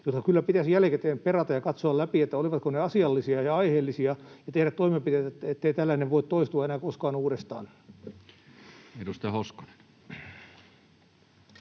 jotka kyllä pitäisi jälkikäteen perata ja katsoa läpi, olivatko ne asiallisia ja aiheellisia, ja tehdä toimenpiteitä, ettei tällainen voi toistua enää koskaan uudestaan. Edustaja Hoskonen.